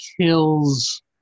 kills